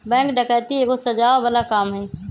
bank डकैती एगो सजाओ बला काम हई